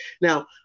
Now